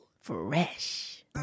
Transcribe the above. Fresh